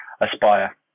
Aspire